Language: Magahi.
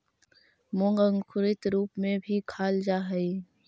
मूंग अंकुरित रूप में भी खाल जा हइ